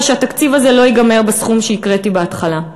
שהתקציב הזה לא ייגמר בסכום שהקראתי בהתחלה.